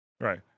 Right